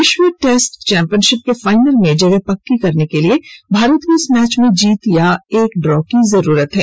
विश्व test championship के final में जगह पक्की करने के लिए भारत को इस मैच में जीत या एक ड्रॉ की जरूरत है